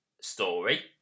story